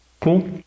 Cool